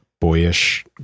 boyish